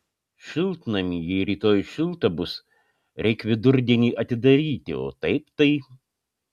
šiltnamį jei rytoj šilta bus reik vidurdienį atidaryti o taip tai